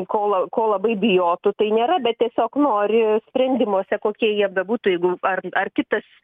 ko la ko labai bijotų tai nėra bet tiesiog nori sprendimuose kokie jie bebūtų jeigu ar ar kitas